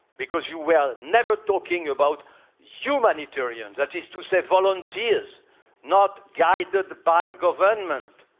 because you were never talking about humanitarian that is to say, volunteers not guided by government